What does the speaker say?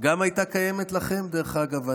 גם הייתה קיימת לכם, דרך אגב.